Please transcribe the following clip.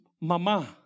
mama